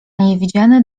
niewidziane